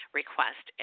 request